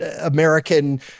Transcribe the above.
american